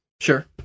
Sure